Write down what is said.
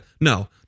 No